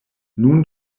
nun